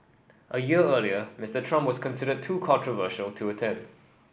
a year earlier Mister Trump was considered too controversial to attend